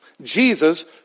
Jesus